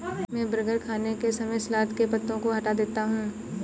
मैं बर्गर खाने के समय सलाद के पत्तों को हटा देता हूं